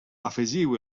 afegiu